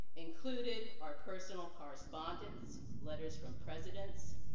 included are personal correspondence, letters from presidents,